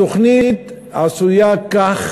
התוכנית עשויה כך